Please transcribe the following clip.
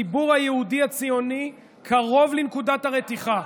הציבור היהודי הציוני קרוב לנקודת הרתיחה,